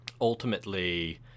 ultimately